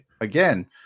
again